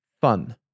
Fun